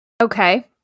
Okay